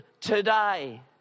today